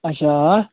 اچھا اَوا